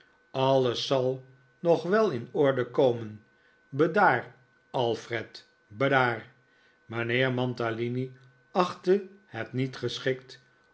alles zal nog wel in orde komen bedaar alfred bedaar mijnheer mantalini achtte het niet geschikt